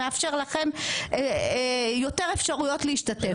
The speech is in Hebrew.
שמאפשר לכם יותר אפשרויות להשתתף.